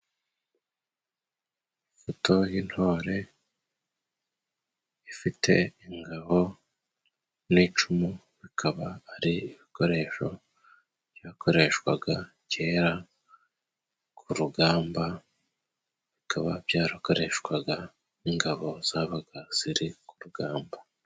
Ifoto y'intore ifite ingabo n'icumu, bikaba ari ibikoresho byakoreshwaga kera ku rugamba, bikaba byarakoreshwaga n'ingabo zabaga ziri k'urugamba.